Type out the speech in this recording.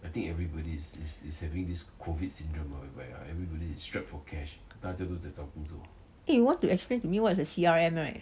eh you want to explain to me what's the C_R_M right